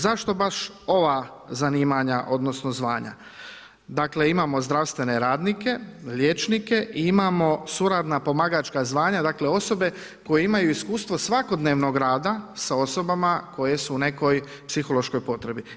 Zašto baš ova zanimanja, odnosno, zvanja, dakle, imamo zdravstvene radnike, liječnike i imamo suradnja pomagača zvanja, dakle, osobe koje imaju iskustva svakodnevnog rada sa osobama koje su u nekoj psihološkoj potrebi.